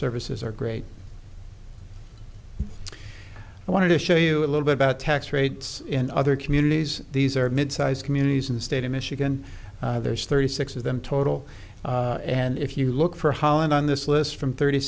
services are great i wanted to show you a little bit about tax rates in other communities these are mid size communities and stay in michigan there's thirty six of them total and if you look for holland on this list from thirty